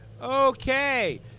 Okay